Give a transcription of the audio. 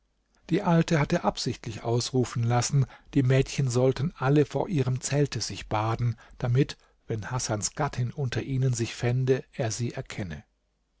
die alte hatte absichtlich ausrufen lassen die mädchen sollten alle vor ihrem zelte sich baden damit wenn hasans gattin unter ihnen sich fände er sie erkenne